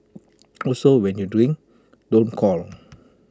also when you drink don't call